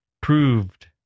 proved